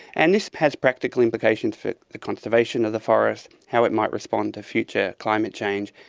and this has practical implications for the conservation of the forest, how it might respond to future climate change,